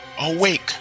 awake